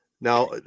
Now